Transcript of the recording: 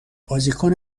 بازیکن